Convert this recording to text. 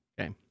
Okay